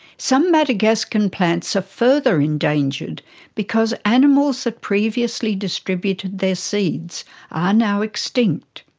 some madagascan plants are further endangered because animals that previously distributed their seeds are now extinct.